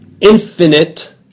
infinite